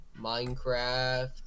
Minecraft